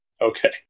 Okay